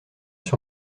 sur